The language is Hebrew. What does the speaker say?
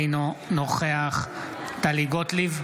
אינו נוכח טלי גוטליב,